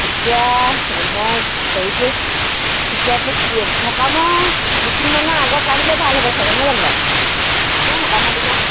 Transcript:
এতিয়া মই হেৰিটো কেতিয়াকৈ কি সকামৰ দুদিনমানৰ আগত আনিলে ভাল হ'ব চাগে নহয় জানো বাৰু নে সকামৰ দিনা